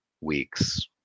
weeks